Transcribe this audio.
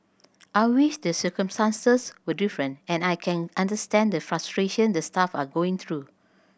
I wish the circumstances were different and I can understand the frustration the staff are going through